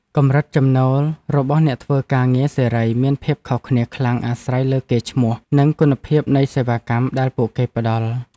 កម្រិតចំណូលរបស់អ្នកធ្វើការងារសេរីមានភាពខុសគ្នាខ្លាំងអាស្រ័យលើកេរ្តិ៍ឈ្មោះ និងគុណភាពនៃសេវាកម្មដែលពួកគេផ្តល់។